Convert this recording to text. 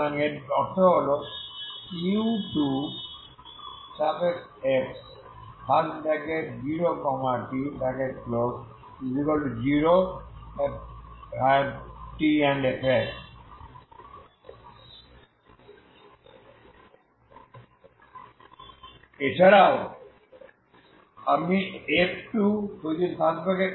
সুতরাং এর অর্থ হল u2x0t0 ∀t এবং f এছাড়াও আপনি f2